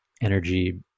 energy